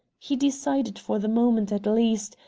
he decided for the moment at least,